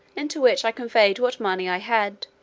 into which i conveyed what money i had,